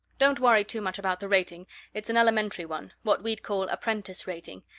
don't worry too much about the rating it's an elementary one, what we'd call apprentice rating,